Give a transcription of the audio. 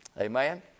Amen